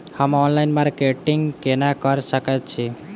हम online marketing केना कऽ सकैत छी?